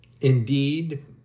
indeed